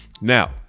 Now